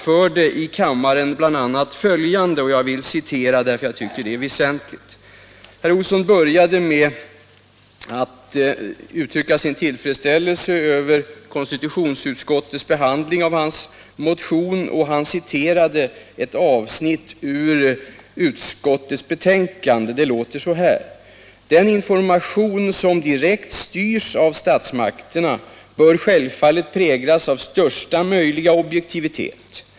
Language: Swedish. Först uttryckte han sin tillfredsställelse med utskottets behandling av hans motion och citerade ett avsnitt ur utskottsbetänkandet: ”Den information som direkt styrs av statsmakterna bör självfallet präglas av största möjliga objektivitet.